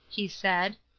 he said.